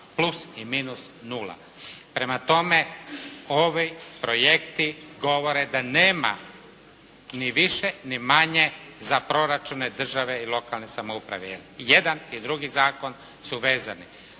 plus i minus nula. Prema tome ovi projekti govore da nema ni više ni manje za proračune države i lokalne samouprave, jer jedan i drugi zakon su vezani.